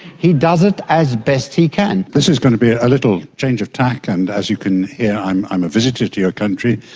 he does it as best he can. this is going to be a little change of tack and, as you can yeah hear, i'm a visitor to your country.